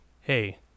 Hey